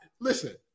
listen